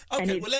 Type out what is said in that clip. Okay